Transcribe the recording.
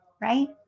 right